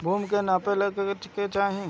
भूमि के नापेला का चाही?